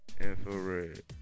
Infrared